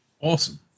awesome